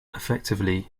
effectively